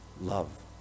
love